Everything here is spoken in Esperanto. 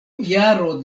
jaro